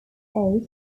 aid